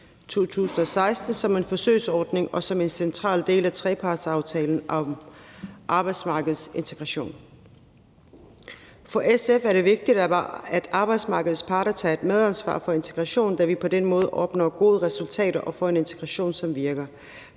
2016 som en forsøgsordning og som en central del af trepartsaftalen om arbejdsmarkedsintegration. For SF er det vigtigt, at arbejdsmarkedets parter tager et medansvar for integrationen, da vi på den måde opnår gode resultater og får en integration, som virker.